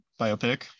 biopic